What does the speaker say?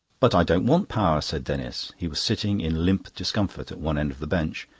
but i don't want power, said denis. he was sitting in limp discomfort at one end of the bench,